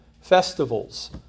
festivals